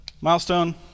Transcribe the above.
milestone